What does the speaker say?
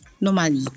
Normally